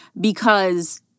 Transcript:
because-